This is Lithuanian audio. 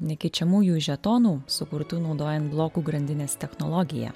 nekeičiamųjų žetonų sukurtų naudojant blokų grandinės technologiją